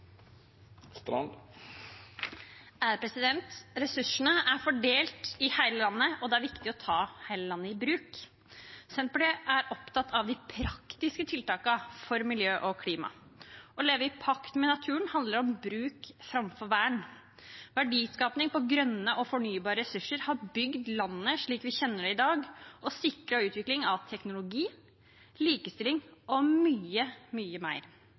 Ressursene er fordelt over hele landet, og det er viktig å ta hele landet i bruk. Senterpartiet er opptatt av de praktiske tiltakene for miljø og klima. Å leve i pakt med naturen handler om bruk framfor vern. Verdiskaping basert på grønne og fornybare ressurser har bygd landet slik vi kjenner det i dag, og sikret utvikling av teknologi, likestilling og mye, mye mer.